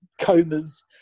comas